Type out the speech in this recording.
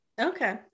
Okay